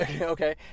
okay